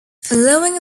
following